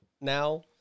now